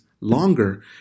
longer